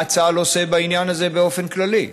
מה צה"ל עושה בעניין הזה באופן כללי.